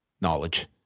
knowledge